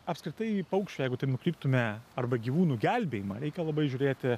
apskritai į paukščių jeigu taip nukryptume arba gyvūnų gelbėjimą reikia labai žiūrėti